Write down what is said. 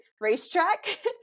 racetrack